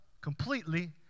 Completely